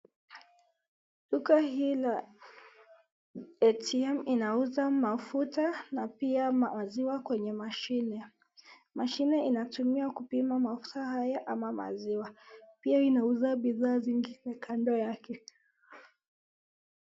Duka hii la ATM inauza mafuta na pia maziwa kwenye mashine. Mashine inatumia kupima mafuta haya ama maziwa. Pia inauza bidhaa zingi kando yake.